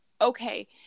okay